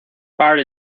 party